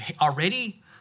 already